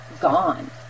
gone